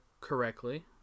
correctly